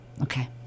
Okay